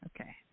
Okay